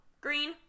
green